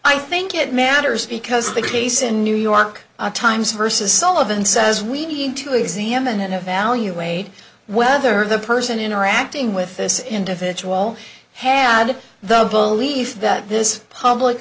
i think it matters because the case in new york times versus sullivan says we need to examine and evaluate whether the person interacting with this individual had the belief that this public